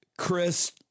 Chris